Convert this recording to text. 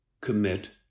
commit